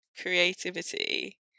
creativity